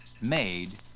made